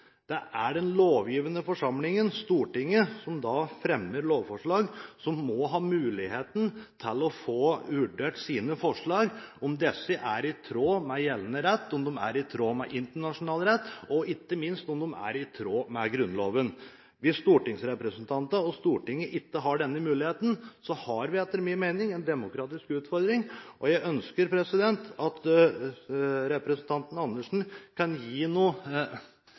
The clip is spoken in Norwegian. Det er den lovgivende forsamling, Stortinget, som fremmer lovforslag, som må ha muligheten til å få vurdert sine forslag, om disse er i tråd med gjeldende rett, om de er i tråd med internasjonal rett, og ikke minst om de er i tråd med Grunnloven. Hvis stortingsrepresentantene og Stortinget ikke har denne muligheten, har vi etter min mening en demokratisk utfordring. Jeg ønsker at stortingspresident Andersen kan gi